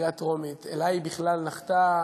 לקריאה טרומית, עלי היא בכלל נחתה,